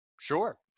Sure